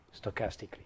stochastically